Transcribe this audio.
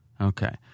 Okay